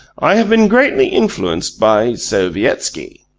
i have been greatly influenced by sovietski.